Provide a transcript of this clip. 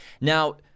Now